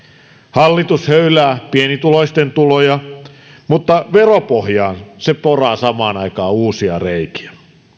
hallitus höylää pienituloisten tuloja mutta veropohjaan se poraa samaan aikaan uusia reikiä